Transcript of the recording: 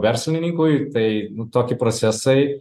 verslininkui tai toki procesai